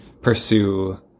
pursue